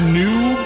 new